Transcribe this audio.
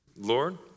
Lord